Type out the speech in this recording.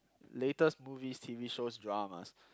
latest movies T_V shows dramas